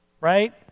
right